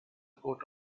coat